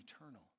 eternal